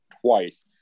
twice